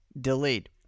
delete